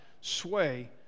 sway